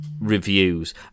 reviews